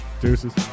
Deuces